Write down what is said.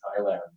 Thailand